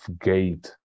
gate